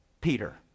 Peter